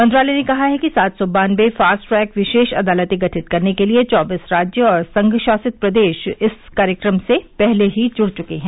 मंत्रालय ने कहा है कि सात सौ बान्नबे फास्ट ट्रैक विशेष अदालतें गठित करने के लिए चौबीस राज्य और संघ शासित प्रदेश इस कार्यक्रम से पहले ही जुड़ चुके हैं